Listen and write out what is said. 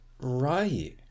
Right